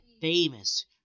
famous